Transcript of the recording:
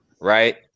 right